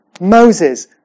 Moses